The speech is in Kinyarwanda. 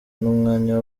n’umwanya